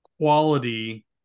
quality